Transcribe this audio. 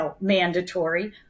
mandatory